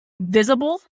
visible